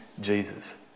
Jesus